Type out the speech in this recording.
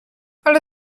ale